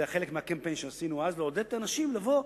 זה היה חלק מהקמפיין שעשינו אז לעודד את האנשים לבוא,